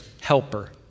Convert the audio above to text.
helper